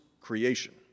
creation